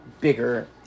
bigger